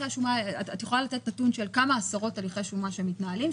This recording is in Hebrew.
את יכולה לתת נתון של כמה עשרות הליכי שומה שמתנהלים,